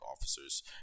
officers